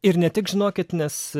ir ne tik žinokit nes